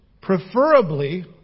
preferably